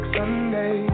Sunday